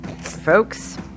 folks